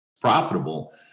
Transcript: profitable